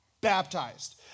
baptized